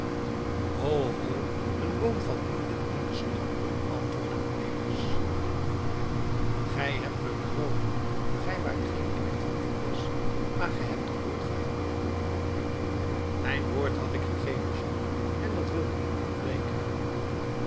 ho een boom valt niet met éénen slag antwoordde cornelis gij hebt me bedrogen gij waart geen knecht van valdez maar ge hebt toch woord gehouden mijn woord had ik gegeven jean en dat wilde ik niet breken